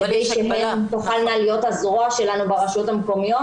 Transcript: כדי שהן תוכלנה להיות הזרוע שלנו ברשויות המקומיות